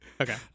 okay